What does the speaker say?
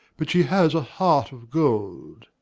but she has a heart of gold.